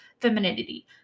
femininity